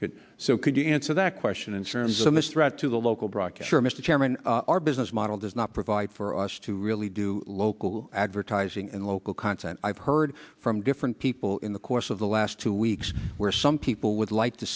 could so can you answer that question in terms of mr out to the local broadcaster mr chairman our business model does not provide for us to really do local advertising and local content i've heard from different people in the course of the last two weeks where some people would like to